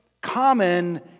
common